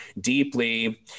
deeply